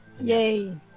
Yay